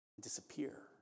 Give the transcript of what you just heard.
disappear